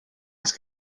las